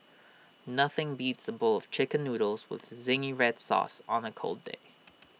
nothing beats A bowl of Chicken Noodles with Zingy Red Sauce on A cold day